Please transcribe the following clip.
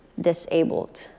disabled